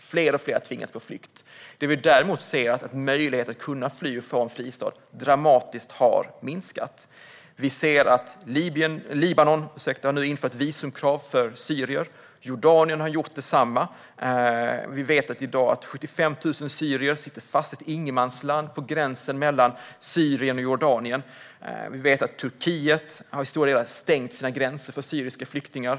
Fler och fler har tvingats på flykt. Men möjligheten att fly och få en fristad har minskat dramatiskt. Libanon inför nu ett visumkrav för syrier. Jordanien har gjort detsamma. 75 000 syrier sitter i dag fast i ett ingenmansland på gränsen mellan Syrien och Jordanien. Turkiet har till stora delar stängt sina gränser för syriska flyktingar.